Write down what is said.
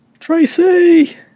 Tracy